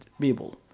people